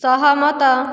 ସହମତ